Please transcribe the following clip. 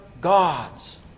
gods